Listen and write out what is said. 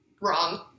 wrong